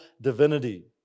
divinity